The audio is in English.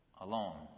alone